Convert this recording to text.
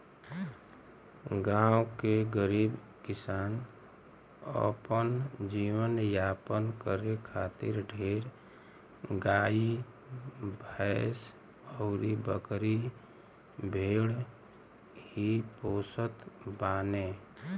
गांव के गरीब किसान अपन जीवन यापन करे खातिर ढेर गाई भैस अउरी बकरी भेड़ ही पोसत बाने